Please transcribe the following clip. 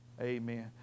Amen